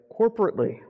corporately